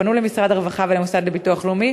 פנו למשרד הרווחה ולמוסד לביטוח לאומי,